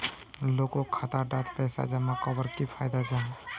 लोगोक खाता डात पैसा जमा कवर की फायदा जाहा?